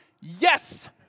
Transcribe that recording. Yes